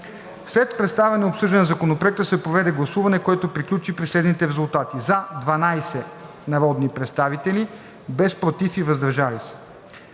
След представяне и обсъждане на Законопроекта се проведе гласуване, което приключи при следните резултати: „за“ – 12 народни представители, без „против“ и „въздържал се“.